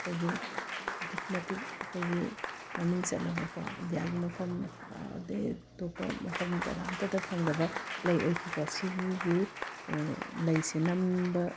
ꯑꯩꯈꯣꯏꯒꯤ ꯑꯗꯨꯛꯀꯤ ꯃꯇꯤꯛ ꯑꯩꯈꯣꯏꯒꯤ ꯃꯃꯤꯡ ꯆꯠꯂꯕꯀꯣ ꯏꯟꯗꯤꯌꯥꯒꯤ ꯃꯐꯝ ꯑꯗꯩ ꯑꯇꯣꯞꯄ ꯃꯐꯝ ꯖꯒꯥ ꯑꯝꯇꯗ ꯐꯪꯗꯕ ꯂꯩ ꯑꯣꯏꯈꯤꯀꯣ ꯁꯤꯒꯤ ꯂꯩꯁꯦ ꯅꯝꯕ